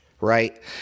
right